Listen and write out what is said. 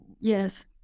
yes